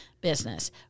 business